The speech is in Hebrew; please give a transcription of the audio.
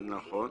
נכון.